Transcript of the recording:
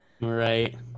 Right